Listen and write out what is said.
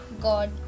God